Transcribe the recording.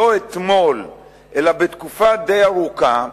לא אתמול אלא תקופה די ארוכה,